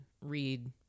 read